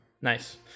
Nice